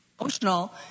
emotional